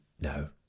No